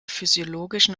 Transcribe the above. physiologischen